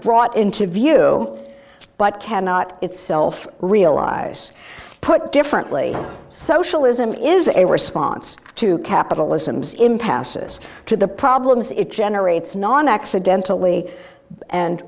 brought into view but cannot itself realize put differently socialism is a response to capitalism is in passes to the problems it generates non accidentally and